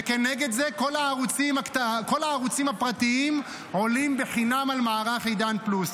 וכנגד זה כל הערוצים הפרטיים עולים בחינם על מערך עידן פלוס.